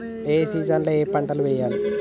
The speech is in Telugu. ఏ సీజన్ లో ఏం పంటలు వెయ్యాలి?